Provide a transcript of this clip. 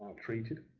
ah treated.